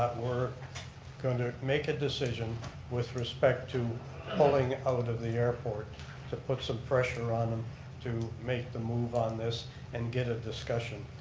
we're going to make a decision with respect to pulling out of the airport to put some pressure on them to make the move on this and get a discussion.